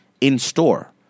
in-store